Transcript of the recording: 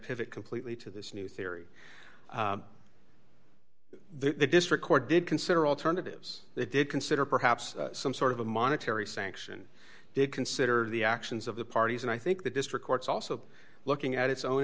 pivot completely to this new theory the district court did consider alternatives they did consider perhaps some sort of a monetary sanction did consider the actions of the parties and i think the district courts also looking at its own